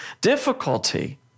difficulty